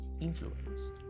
influence